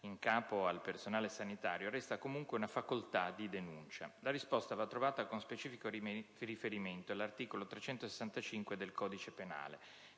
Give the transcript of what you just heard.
in capo al personale sanitario resta comunque una facoltà di denuncia. La risposta va trovata con specifico riferimento all'articolo 365 del codice penale;